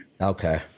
Okay